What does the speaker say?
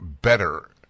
better